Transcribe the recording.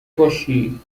باشی